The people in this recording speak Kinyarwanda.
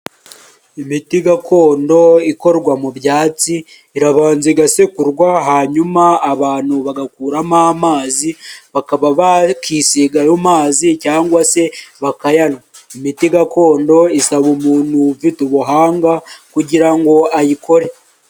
Imiti gakondo ikorwa mu byatsi irabanza igasekurwa hanyuma abantu bagakuramo amazi, bakaba bakwisiga ayo mazi cyangwa se bakayankwa, imiti gakondo isaba umuntu ufite ubuhanga kugira ngo ayikore.